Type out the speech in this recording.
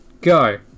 go